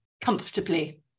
comfortably